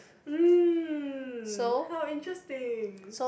mm how interesting